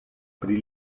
pri